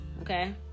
okay